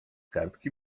kartki